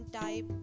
type